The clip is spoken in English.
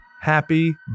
happy